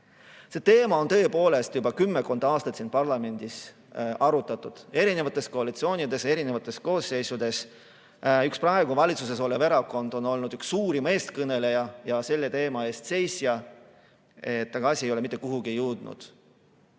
Seda teemat on tõepoolest juba kümmekond aastat siin parlamendis arutatud erinevates koalitsioonides, erinevates koosseisudes. Üks praegu valitsuses olev erakond on olnud üks suurim eestkõneleja ja selle teema eest seisja, aga asi ei ole mitte kuhugi jõudnud.